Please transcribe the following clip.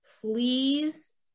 please